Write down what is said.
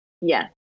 yes